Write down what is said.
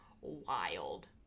wild